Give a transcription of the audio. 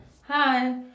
Hi